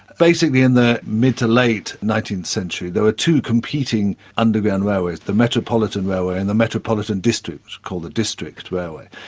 basically in the mid to late nineteenth century there were two competing underground railways, the metropolitan railway and the metropolitan district, called the district railway.